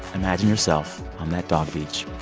imagine yourself on that dog beach